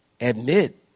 admit